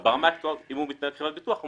אבל אם הוא מתנהל כמו חברת ביטוח אז הוא